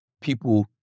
people